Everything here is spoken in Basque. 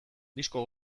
disko